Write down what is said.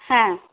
হ্যাঁ